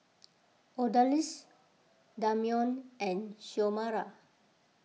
Odalys Damion and Xiomara